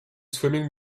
swimming